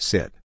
Sit